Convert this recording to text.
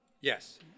Yes